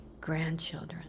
grandchildren